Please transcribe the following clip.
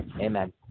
Amen